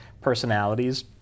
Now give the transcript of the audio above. personalities